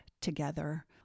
together